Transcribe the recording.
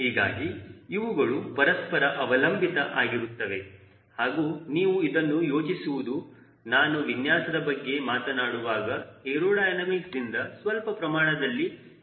ಹೀಗಾಗಿ ಇವುಗಳು ಪರಸ್ಪರ ಅವಲಂಬಿತ ಆಗಿರುತ್ತವೆ ಹಾಗೂ ನೀವು ಇದನ್ನು ಯೋಚಿಸುವುದು ನಾನು ವಿನ್ಯಾಸದ ಬಗ್ಗೆ ಮಾತನಾಡುವಾಗ ಏರೋಡೈನಮಿಕ್ಸ್ ದಿಂದ ಸ್ವಲ್ಪ ಪ್ರಮಾಣದಲ್ಲಿ ಸರಿದುಬಿಡುತ್ತೇನೆ